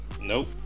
Nope